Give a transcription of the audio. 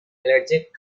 allergic